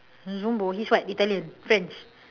zumbo he is what italian french